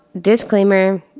disclaimer